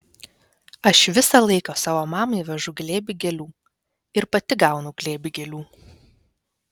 aš visą laiką savo mamai vežu glėbį gėlių ir pati gaunu glėbį gėlių